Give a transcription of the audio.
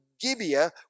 Gibeah